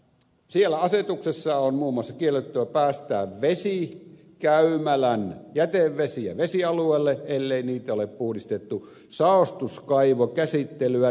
siellä asetuksessa on muun muassa kiellettyä päästää vesikäymälän jätevesiä vesialueelle ellei niitä ole puhdistettu saostuskaivokäsittelyä tehokkaammalla menetelmällä